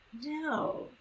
No